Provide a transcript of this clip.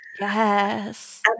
Yes